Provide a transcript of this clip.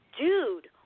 dude